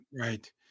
Right